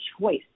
choice